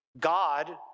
God